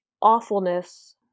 awfulness